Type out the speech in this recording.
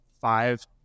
five